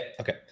okay